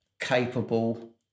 capable